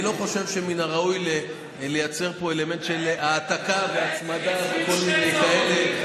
אני לא חושב שמן הראוי לייצר פה אלמנט של העתקה והצמדה וכל מיני כאלה.